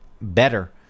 better